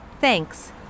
Thanks